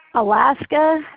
alaska,